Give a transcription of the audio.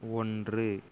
ஒன்று